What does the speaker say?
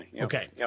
Okay